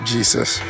Jesus